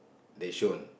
they shown